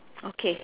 okay